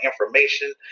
information